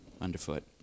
underfoot